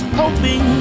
hoping